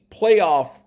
playoff